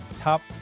top